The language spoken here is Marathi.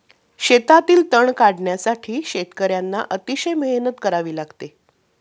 शेतातील तण काढण्यासाठी शेतकर्यांना अतिशय मेहनत करावी लागते